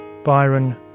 Byron